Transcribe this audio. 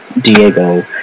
Diego